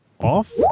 off